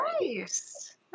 nice